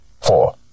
Four